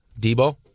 Debo